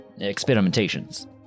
experimentations